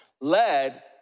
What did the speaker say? led